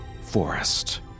forest